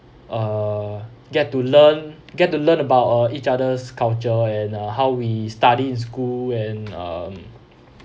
uh get to learn get to learn about uh each other's culture and uh how we study in school and um